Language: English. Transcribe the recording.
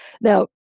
Now